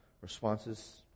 responses